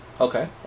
Okay